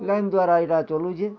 line ଦ୍ଵାରା ଇଟା ଛଳୁଛି